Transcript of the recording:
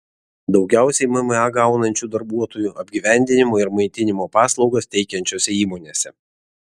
daugiausiai mma gaunančių darbuotojų apgyvendinimo ir maitinimo paslaugas teikiančiose įmonėse